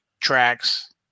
Tracks